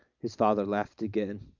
his father laughed again.